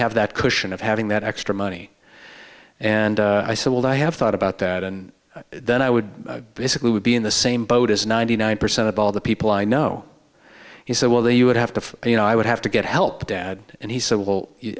have that cushion of having that extra money and i said well i have thought about that and then i would basically would be in the same boat as ninety nine percent of all the people i know he said well then you would have to you know i would have to get help dad and he said will